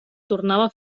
tornava